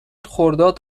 خرداد